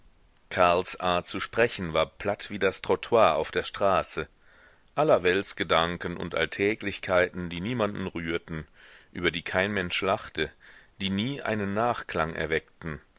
karls art zu sprechen war platt wie das trottoir auf der straße allerweltsgedanken und alltäglichkeiten die niemanden rührten über die kein mensch lachte die nie einen nachklang erweckten